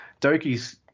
Doki's